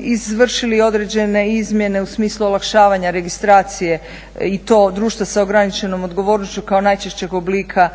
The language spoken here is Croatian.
izvršili određene izmjene u smislu olakšavanja registracije i to društva sa ograničenom odgovornošću kao najčešćeg oblika